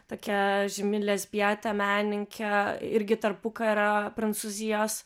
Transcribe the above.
tokia žymi lesbietė menininkė irgi tarpukario prancūzijos